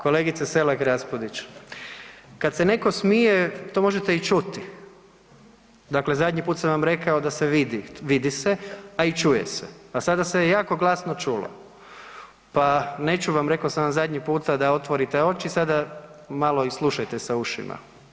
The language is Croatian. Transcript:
Kolegice Selak Raspudić, kad se neko smije to možete i čuti, dakle zadnji put sam vam rekao da se vidi, vidi se, a i čuje se, a sada je se jako glasno čulo, pa neću vam reko sam vam zadnji puta da otvorite oči, sada malo i slušajte sa ušima.